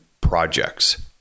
projects